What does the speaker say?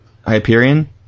Hyperion